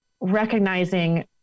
recognizing